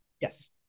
yes